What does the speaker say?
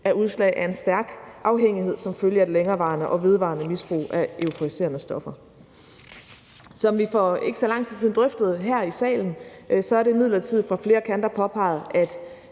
er udslag af en stærk afhængighed som følge af et længerevarende og vedvarende misbrug af euforiserende stoffer. Som vi for ikke så lang tid siden drøftede her i salen, er det imidlertid fra flere kanter påpeget, at